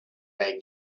they